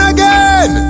Again